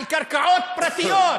על קרקעות פרטיות.